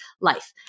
life